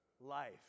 life